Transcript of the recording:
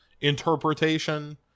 interpretation